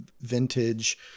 vintage